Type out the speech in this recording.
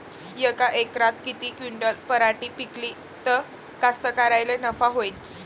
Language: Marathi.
यका एकरात किती क्विंटल पराटी पिकली त कास्तकाराइले नफा होईन?